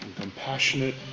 compassionate